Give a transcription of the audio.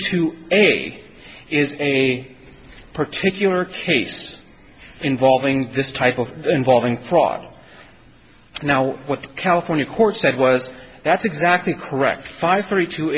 two any is any particular case involving this type of involving fraud now what the california court said was that's exactly correct five three t